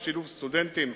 בשילוב סטודנטים,